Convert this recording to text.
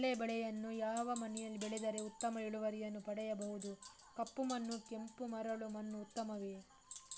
ಕಡಲೇ ಬೆಳೆಯನ್ನು ಯಾವ ಮಣ್ಣಿನಲ್ಲಿ ಬೆಳೆದರೆ ಉತ್ತಮ ಇಳುವರಿಯನ್ನು ಪಡೆಯಬಹುದು? ಕಪ್ಪು ಮಣ್ಣು ಕೆಂಪು ಮರಳು ಮಣ್ಣು ಉತ್ತಮವೇ?